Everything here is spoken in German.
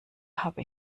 habe